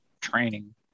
training